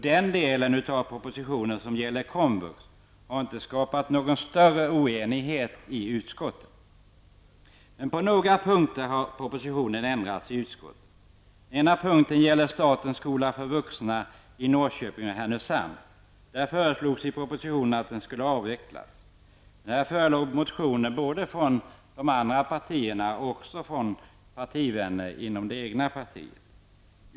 Den del av propositionen som gäller komvux har inte skapat någon större oenighet i utskottet. Men på några punkter har propositionens förslag ändrats i utskottet. En punkt gäller statens skolor för vuxna i Norrköping och Härnösand. Det föreslogs i propositionen att dessa skulle avvecklas. Här förelåg motioner från andra partier och även från mina partivänner inom mitt eget parti.